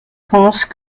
pensent